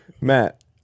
Matt